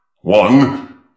One